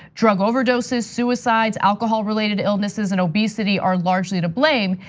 drug overdoses, suicides, alcohol-related illnesses and obesity are largely to blame.